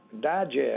digest